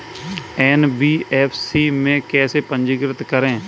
NBFC में कैसे पंजीकृत करें?